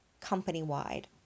company-wide